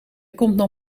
komt